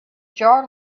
jar